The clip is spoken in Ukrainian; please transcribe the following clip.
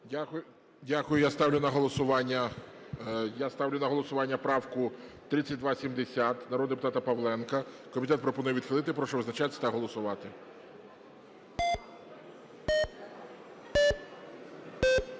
я ставлю на голосування правку 3273 народного депутата Бурміча. Комітет пропонує відхилити. Прошу визначатись та голосувати.